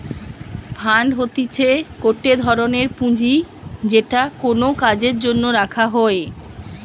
fund হতিছে গটে ধরনের পুঁজি যেটা কোনো কাজের জন্য রাখা হই